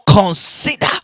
consider